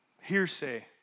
hearsay